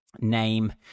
name